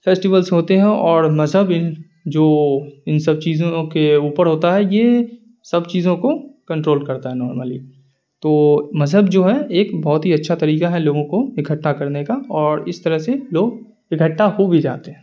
festivals ہوتے ہیں اور مذہب ان جو ان سب چیزوں کے اوپر ہوتا ہے یہ سب چیزوں کو کنٹرول کرتا ہے نارملی تو مذہب جو ہے ایک بہت ہی اچھا طریقہ ہے لوگوں کو اکھٹا کرنے کا اور اس طرح سے لوگ اکھٹا ہو بھی جاتے ہیں